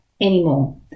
anymore